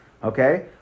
Okay